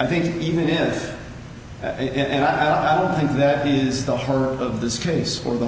i think even and i don't think that is the horror of this case or the